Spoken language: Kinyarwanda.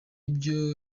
byo